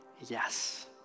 yes